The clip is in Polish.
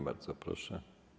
Bardzo proszę.